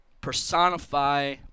personify